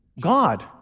God